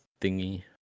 thingy